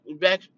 back